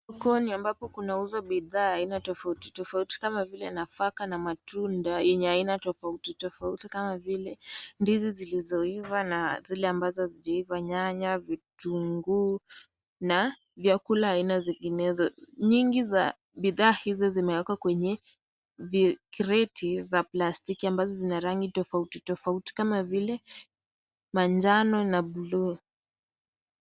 Sokoni ambapo kunauzwa bidhaa tofautitfauti kama vile nafaka na matunda yenye aina tofautitofauti kama vile ndizi zilizoiva na zile ambazo hazijaiva, nyanya, vitungii na vyakula aina zinginezo. Nyingi za bidhaa hizi zimewekwa kwenye kreti za plastiki ambazo zina rangi tofautitofauti kama vile manjano na buluu.